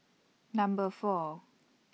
Number four